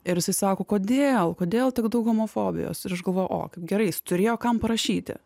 ir jisai sako kodėl kodėl tiek daug homofobijos ir aš galvoju o kaip gerai jis turėjo kam parašyti